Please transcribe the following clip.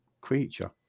creature